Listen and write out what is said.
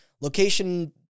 Location